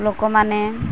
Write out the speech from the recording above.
ଲୋକମାନେ